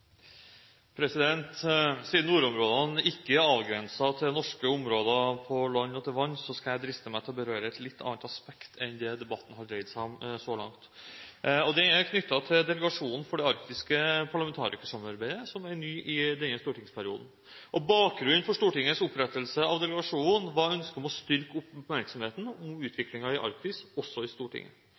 til norske områder på land og til vanns, skal jeg driste meg til å berøre et litt annet aspekt enn det debatten har dreid seg om så langt. Det er knyttet til delegasjonen for det arktiske parlamentarikersamarbeidet, som er nytt i denne stortingsperioden. Bakgrunnen for Stortingets opprettelse av delegasjonen var ønsket om å styrke oppmerksomheten om utviklingen i Arktis også i Stortinget.